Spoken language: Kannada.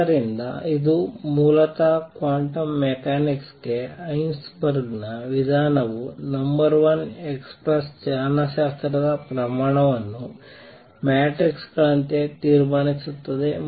ಆದ್ದರಿಂದ ಇದು ಮೂಲತಃ ಕ್ವಾಂಟಮ್ ಮೆಕ್ಯಾನಿಕ್ಸ್ ಗೆ ಹೈಸೆನ್ಬರ್ಗ್ ನ ವಿಧಾನವು ನಂಬರ್ ಒನ್ ಎಕ್ಸ್ಪ್ರೆಸ್ ಚಲನಶಾಸ್ತ್ರದ ಪ್ರಮಾಣವನ್ನು ಮ್ಯಾಟ್ರಿಕ್ಸ್ ಗಳಂತೆ ತೀರ್ಮಾನಿಸುತ್ತದೆ